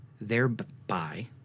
thereby